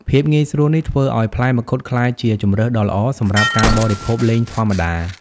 ភាពងាយស្រួលនេះធ្វើឲ្យផ្លែមង្ឃុតក្លាយជាជម្រើសដ៏ល្អសម្រាប់ការបរិភោគលេងធម្មតា។